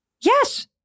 yes